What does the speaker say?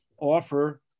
offer